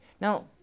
Now